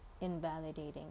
invalidating